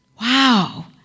Wow